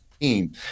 team